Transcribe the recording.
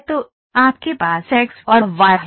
तो आपके पास x और y है